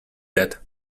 that